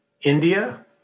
India